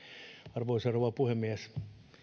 arvoisa rouva puhemies